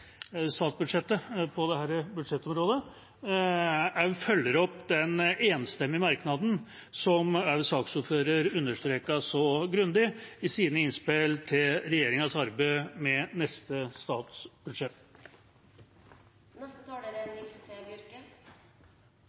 statsbudsjettet på dette budsjettområdet, følger opp den enstemmige merknaden som også saksordføreren understreket så grundig, i sine innspill til regjeringas arbeid med neste